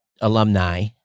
alumni